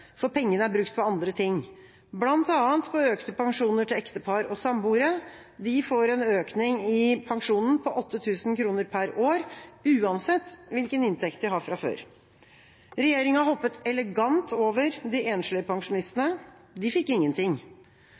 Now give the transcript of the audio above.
for pengene er brukt på andre ting, bl.a. på økte pensjoner til ektepar og samboere. De får en økning i pensjonen på 8 000 kr per år, uansett hvilken inntekt de har fra før. Regjeringa hoppet elegant over de enslige pensjonistene; de fikk ingenting.